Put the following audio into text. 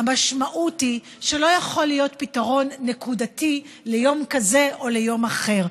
המשמעות היא שלא יכול להיות פתרון נקודתי ליום כזה או ליום אחר.